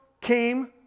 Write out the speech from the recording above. came